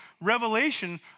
revelation